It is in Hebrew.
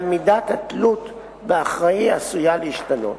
גם מידת התלות באחראי עשויה להשתנות".